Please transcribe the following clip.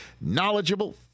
knowledgeable